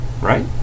Right